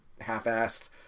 half-assed